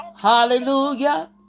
Hallelujah